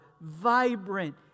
Vibrant